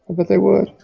but they would.